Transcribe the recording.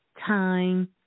time